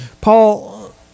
Paul